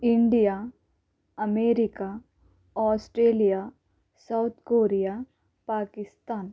India America Australia South Korea Pakistan